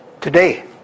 today